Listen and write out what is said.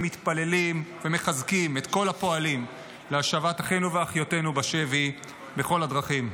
מתפללים ומחזקים את כל הפועלים להשבת אחינו ואחיותינו בשבי בכל הדרכים.